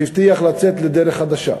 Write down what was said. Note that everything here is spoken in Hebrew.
שהבטיח לצאת לדרך חדשה,